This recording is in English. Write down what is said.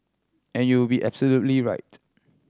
and you would be right